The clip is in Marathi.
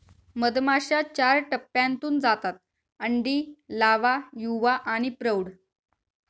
मधमाश्या चार टप्प्यांतून जातात अंडी, लावा, युवा आणि प्रौढ